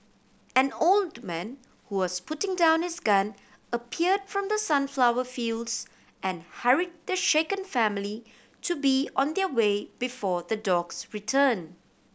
an old man who was putting down his gun appeared from the sunflower fields and hurried the shaken family to be on their way before the dogs return